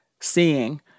seeing